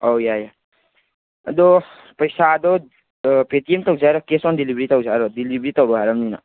ꯑꯧ ꯌꯥꯏꯌꯦ ꯑꯗꯣ ꯄꯩꯁꯥꯗꯣ ꯄꯦ ꯇꯤ ꯑꯦꯝ ꯇꯧꯁꯦ ꯍꯥꯏꯔꯥ ꯀꯦꯁ ꯑꯣꯟ ꯗꯤꯂꯤꯚꯔꯤ ꯇꯧꯁꯦ ꯍꯥꯏꯔꯣ ꯗꯤꯂꯤꯚꯔꯤ ꯇꯧꯔꯛꯑꯣ ꯍꯥꯏꯔꯕꯅꯤꯅ